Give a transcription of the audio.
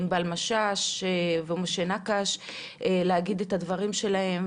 לענבל משש ומשה נקש להגיד את הדברים שלהם,